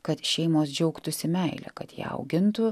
kad šeimos džiaugtųsi meile kad ją augintų